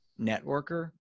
networker